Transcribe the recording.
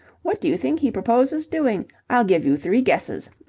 what do you think he proposes doing? i'll give you three guesses.